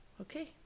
okay